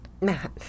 Matt